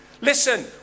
Listen